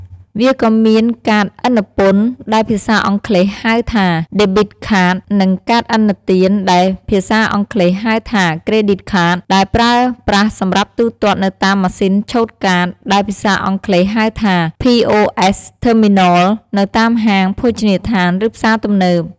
វាក៏មានកាតឥណពន្ធ ដែលភាសាអង់គ្លេសហៅថា ដេប៊ីត ខាត (Debit Card) និងកាតឥណទាន ដែលភាសាអង់គ្លេសហៅថា ក្រេឌីត ខាត (Credit Card) ដែលប្រើប្រាស់សម្រាប់ទូទាត់នៅតាមម៉ាស៊ីនឆូតកាត ដែលភាសាអង់គ្លេសហៅថា ភី អូ អេស ថឺមីណល (POS Terminal) នៅតាមហាង ភោជនីយដ្ឋាន ឬផ្សារទំនើប។